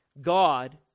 God